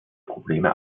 probleme